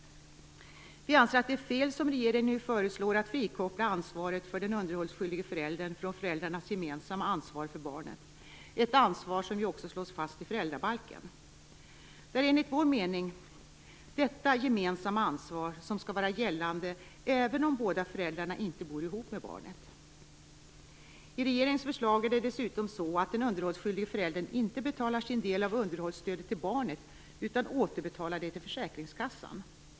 Vi anser att det är fel, som regeringen nu föreslår, att frikoppla ansvaret för den underhållsskyldige föräldern från föräldrarnas gemensamma ansvar för barnen - ett ansvar som ju också slås fast i föräldrabalken. Det är enligt vår mening detta gemensamma ansvar som skall vara gällande även om båda föräldrarna inte bor ihop med barnet. I regeringens förslag är det dessutom så att den underhållsskyldige föräldern inte betalar sin del av underhållsstödet till barnet utan "återbetalar" det till försäkringskassan.